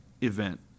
event